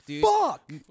fuck